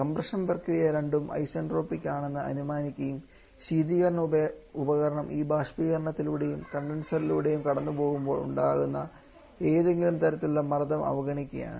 compression പ്രക്രിയ രണ്ടും isentropic ആണെന്ന് അനുമാനിക്കുകയും ശീതീകരണ ഉപകരണം ആ ബാഷ്പീകരണത്തിലൂടെയും കണ്ടൻസറിലൂടെയും കടന്നുപോകുമ്പോൾ ഉണ്ടാകാവുന്ന ഏതെങ്കിലും തരത്തിലുള്ള മർദ്ദം അവഗണിക്കുകയുമാണ്